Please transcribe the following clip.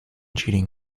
cheating